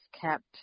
kept